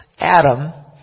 Adam